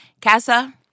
Casa